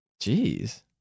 Jeez